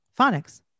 phonics